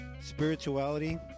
Spirituality